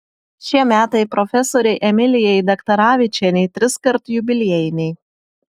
šie metai profesorei emilijai daktaravičienei triskart jubiliejiniai